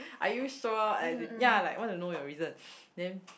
are you sure as in ya like I wanna know your reason then